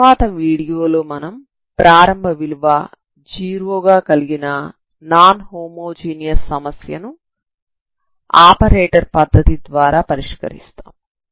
తర్వాత వీడియోలో మనం ప్రారంభ విలువ 0 గా కలిగిన నాన్ హోమోజీనియస్ సమస్యను ఆపరేటర్ పద్ధతి ద్వారా పరిష్కరిస్తాము